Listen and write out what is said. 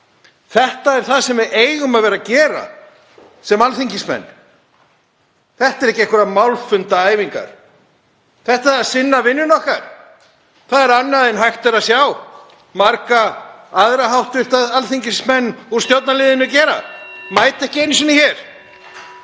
Þetta er það sem við eigum að vera að gera sem alþingismenn. Þetta eru ekki einhverjar málfundaæfingar, við erum að sinna vinnunni okkar. Það er annað en hægt er að segja um marga aðra hv. alþingismenn úr stjórnarliðinu, þeir mæta ekki einu sinni hér.